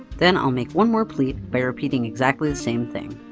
then i'll make one more pleat, by repeating exactly the same thing.